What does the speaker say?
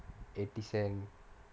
eighty cents